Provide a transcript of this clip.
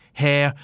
hair